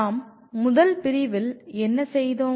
நாங்கள் முதல் பிரிவில் என்ன செய்தோம்